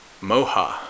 moha